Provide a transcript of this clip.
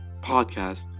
Podcast